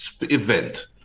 event